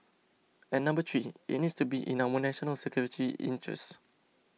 and number three it needs to be in our national security interests